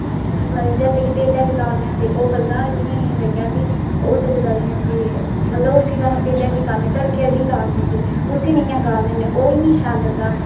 मतलब तेलै च गालनें अस ओह् गलदा जि'यां जि'यां करियै ओह्दै च गालने अस मतलब उस्सी ते अस तेलै बिच्च ही गालने तड़कै च ही गालने उस्सी गै इ'यां गालने होन्ने ओह् इ'यां शैल गलदा